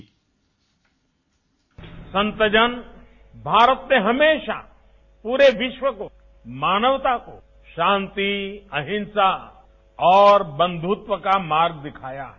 bite संत जन भारत से हमेशा पूरे विश्व को मानवता को शांति अहिंसा और बंधुत्व का मार्ग दिखाया है